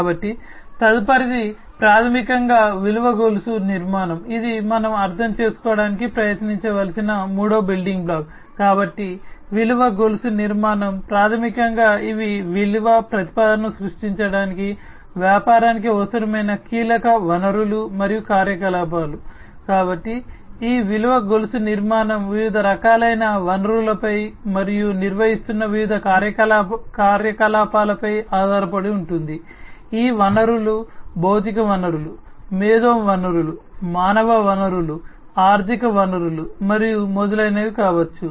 కాబట్టి తదుపరిది ప్రాథమికంగా విలువ గొలుసు మరియు మొదలైనవి కావచ్చు